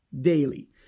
daily